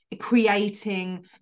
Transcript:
creating